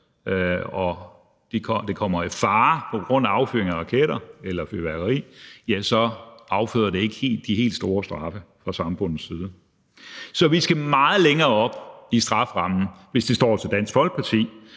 og helbred på grund af affyring af raketter eller fyrværkeri, ja, så afføder det ikke de helt store straffe fra samfundets side. Så vi skal meget længere opad i strafferammen og have meget mere konsekvente